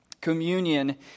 Communion